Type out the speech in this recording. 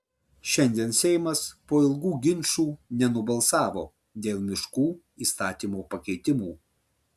šiandien seimas po ilgų ginčų nenubalsavo dėl miškų įstatymo pakeitimų